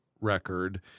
record